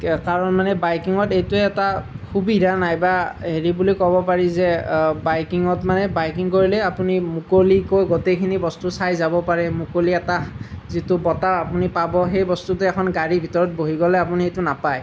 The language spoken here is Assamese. এতিয়া কাৰণ মানে বাইকিঙত এইটোৱেই এটা সুবিধা নাইবা হেৰি বুলি ক'ব পাৰি যে বাইকিঙত মানে বাইকিং কৰিলে আপুনি মুকলিকৈ গোটেইখিনি বস্তু চাই যাব পাৰে মুকলি আকাশ যিটো বতাহ আপুনি পাব সেই বস্তুটো এখন গাড়ীৰ ভিতৰত বহি গ'লে আপুনি সেইটো নাপায়